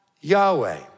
Yahweh